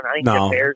No